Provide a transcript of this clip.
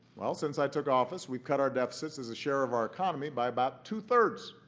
well, since i took office, we've cut our deficits as a share of our economy by about two-thirds.